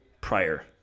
prior